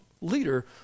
leader